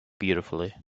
beautifully